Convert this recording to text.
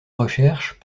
recherche